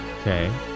Okay